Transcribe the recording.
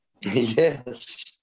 Yes